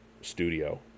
studio